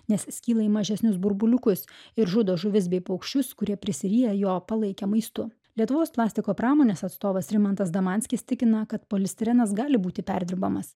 nes skyla į mažesnius burbuliukus ir žudo žuvis bei paukščius kurie prisiryja jo palaikę maistu lietuvos plastiko pramonės atstovas rimantas damanskis tikina kad polistirenas gali būti perdirbamas